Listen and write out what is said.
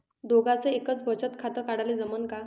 दोघाच एकच बचत खातं काढाले जमनं का?